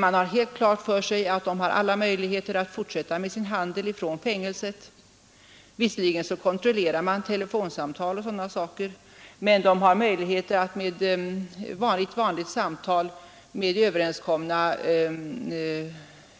Man har fullt klart för sig att de har alla möjligheter att fortsätta med sin handel från fängelset. Visserligen kontrolleras deras telefonsamtal. Men de kan via vanliga samtal och överenskomna